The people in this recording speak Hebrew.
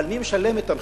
אבל מי משלם את המחיר?